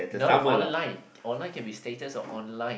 no online online can be status or online